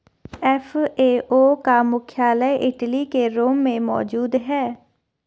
FAO का मुख्यालय Italy के रोम में मौजूद है